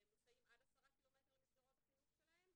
מוסעים עד 10 ק"מ ממסגרות החינוך שלהם,